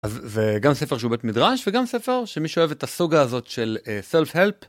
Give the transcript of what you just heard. זה גם ספר שהוא בית מדרש וגם ספר שמי שאוהב את הסוגה הזאת של self help.